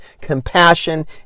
Compassion